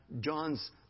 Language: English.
John's